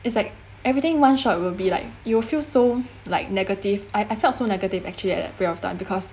it's like everything one shot will be like you will feel so like negative I I felt so negative actually at that period of time because